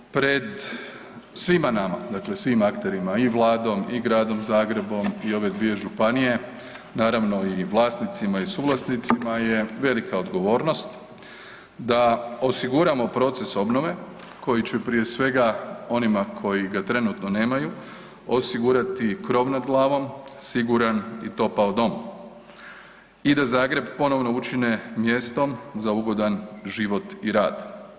Pred svima nama, dakle svim akterima, i Vladom i Gradom Zagrebom i ove dvije županije, naravno i vlasnicima i suvlasnicima, je velika odgovornost da osiguramo proces obnove koji će prije svega, onima koji trenutno nemaju, osigurati krov nad glavom, siguran i topao dom i da Zagreb ponovno učine mjestom za ugodan život i rad.